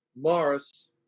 Morris